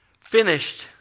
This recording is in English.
finished